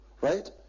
right